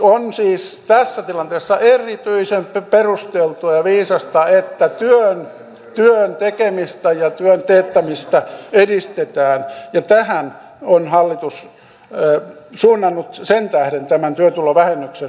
on siis tässä tilanteessa erityisen perusteltua ja viisasta että työn tekemistä ja työn teettämistä edistetään ja tähän on hallitus suunnannut sen tähden tämän työtulovähennyksen